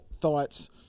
thoughts